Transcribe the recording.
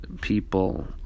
people